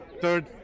third